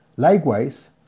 Likewise